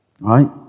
right